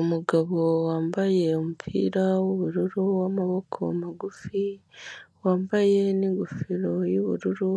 Umugabo wambaye umupira w'ubururu w'amaboko magufi wambaye n'ingofero y'ubururu